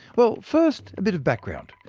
well, first, a bit of background.